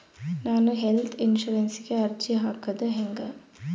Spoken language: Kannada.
ನಾನು ಹೆಲ್ತ್ ಇನ್ಸುರೆನ್ಸಿಗೆ ಅರ್ಜಿ ಹಾಕದು ಹೆಂಗ?